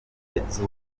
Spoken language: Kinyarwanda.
z’ubuvuzi